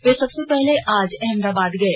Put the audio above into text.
वे सबसे पहले आज अहमदाबाद गये